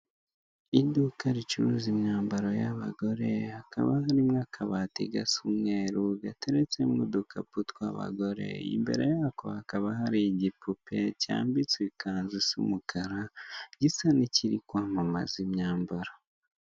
Iduka ricuruza imyambaro y'abagore, hakaba horimo akabati gasa umweru, gateretsemo udukapu twa'abagore, imbere yako hakaba hari igipupe cyambitswe ikanzu isa umukara, gisa n'ikiriri kwamamaza imyambaro.